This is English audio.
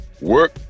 Work